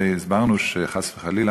והסברנו שחס וחלילה,